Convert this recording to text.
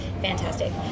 Fantastic